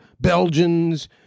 Belgians